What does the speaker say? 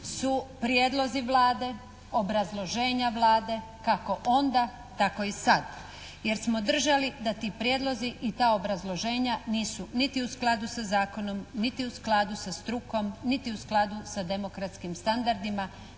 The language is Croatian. su prijedlozi Vlade, obrazloženja Vlade kako onda tako i sad, jer smo držali da ti prijedlozi i ta obrazloženja nisu niti u skladu sa zakonom, niti u skladu sa strukom, niti u skladu sa demokratskim standardima